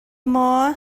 maw